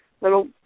little